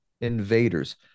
invaders